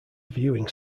viewing